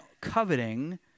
coveting